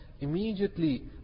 Immediately